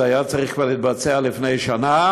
זה היה צריך להתבצע כבר לפני שנה,